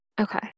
Okay